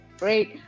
great